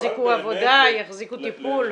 -- יחזיקו עבודה, יחזיקו טיפול.